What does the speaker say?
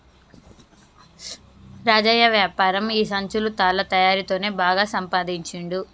రాజయ్య వ్యాపారం ఈ సంచులు తాళ్ల తయారీ తోనే బాగా సంపాదించుండు